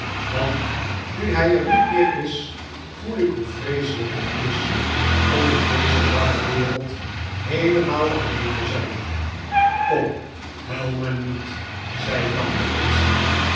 want nu hij er niet meer is voel ik hoe vreeselijk het is om in deze barre wereld heelemaal alleen te zijn kom huil maar niet zei tante betsey